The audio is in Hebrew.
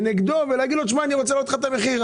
כנגדו ולהגיד לו: אנחנו רוצים להעלות לך את המחיר?